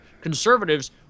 conservatives